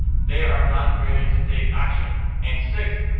they are not ready to take action. and sixth,